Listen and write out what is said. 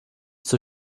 zur